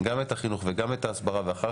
של חבר הכנסת מכלוף מיקי זוהר.